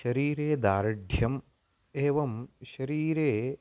शरीरे दार्ढ्यम् एवं शरीरे